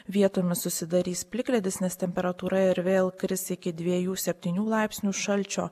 vietomis susidarys plikledis nes temperatūra ir vėl kris iki dviejų septynių laipsnių šalčio